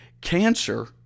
cancer